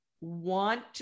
want